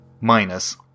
minus